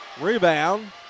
Rebound